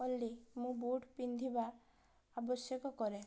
ଅଲି ମୁଁ ବୁଟ୍ ପିନ୍ଧିବା ଆବଶ୍ୟକ କରେ